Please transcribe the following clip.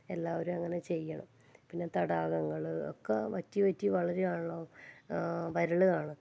എല്ലാവരും അങ്ങനെ ചെയ്യണം പിന്നെ തടാകങ്ങൾ ഒക്കെ വറ്റി വറ്റി വളരാണല്ലോ വരളുകയാണ്